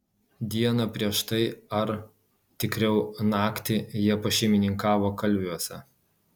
dieną prieš tai ar tikriau naktį jie pašeimininkavo kalviuose